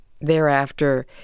thereafter